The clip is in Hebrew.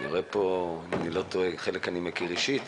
את חלק מהנוכחים אני מכיר אישית